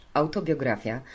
autobiografia